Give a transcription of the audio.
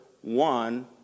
one